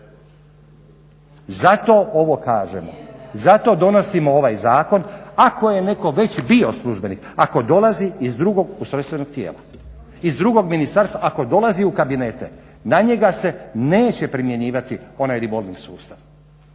Zato ovo kažemo, zato donosimo ovaj zakon. ako je netko već bio službenik, ako dolazi iz drugog ustrojstvenog tijela iz drugog ministarstva, ako dolazi u kabinete na njega se neće primjenjivati onaj revolving sustav